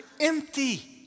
empty